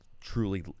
truly